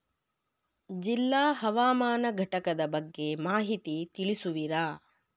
ಜಿಲ್ಲಾ ಹವಾಮಾನ ಘಟಕದ ಬಗ್ಗೆ ಮಾಹಿತಿ ತಿಳಿಸುವಿರಾ?